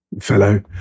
fellow